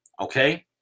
Okay